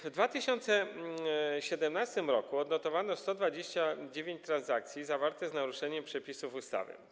W 2017 r. odnotowano 129 transakcji zawartych z naruszeniem przepisów ustawy.